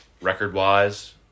record-wise